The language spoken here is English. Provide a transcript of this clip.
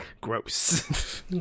gross